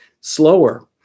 slower